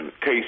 Case